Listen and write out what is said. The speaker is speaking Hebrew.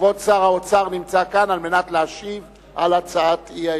כבוד שר האוצר נמצא כאן על מנת להשיב על הצעת האי-אמון.